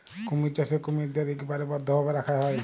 কুমির চাষে কুমিরদ্যার ইকবারে বদ্ধভাবে রাখা হ্যয়